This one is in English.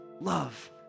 Love